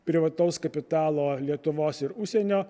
privataus kapitalo lietuvos ir užsienio